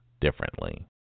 differently